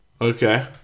Okay